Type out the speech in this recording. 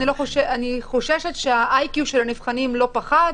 אני חוששת שה-IQ של הנבחנים לא פחת,